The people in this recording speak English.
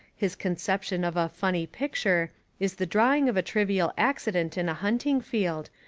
his conception of a funny picture is the draw ing of a trivial accident in a hunting field,